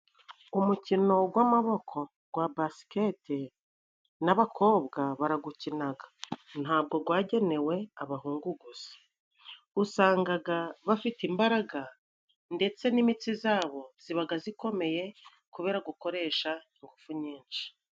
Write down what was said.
Umukino gw'amaboko gwa basiketi n'abakobwa baragukinaga , ntabwo gwagenewe abahungu gusa usangaga bafite imbaraga ndetse n'imitsi zabo zibaga zikomeye kubera gukoresha ingufu nyinshi.